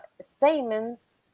statements